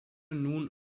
nun